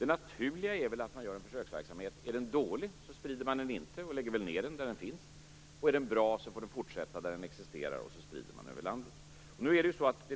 Det naturliga med en försöksverksamhet är väl detta: Är den dålig sprider man den inte utan lägger ned den där den finns, och är den bra får den fortsätta där den existerar, och man sprider den över landet.